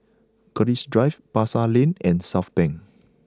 Keris Drive Pasar Lane and Southbank